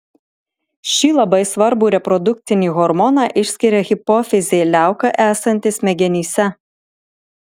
šį labai svarbų reprodukcinį hormoną išskiria hipofizė liauka esanti smegenyse